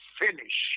finish